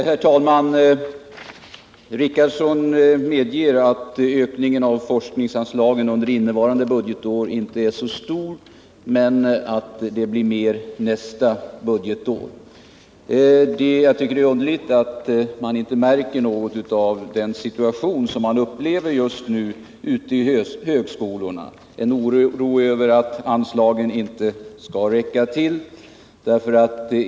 Herr talman! Gunnar Richardson medger att ökningen av forskningsanslagen under innevarande budgetår inte är så stor men framhåller att det blir mer nästa budgetår. Jag tycker att det är underligt att han inte märker något av den situation som man upplever just nu ute i högskolorna — en oro för att anslagen inte skall räcka till.